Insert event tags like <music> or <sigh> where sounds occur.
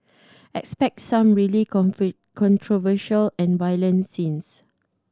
expect some really <unintelligible> controversial and violent scenes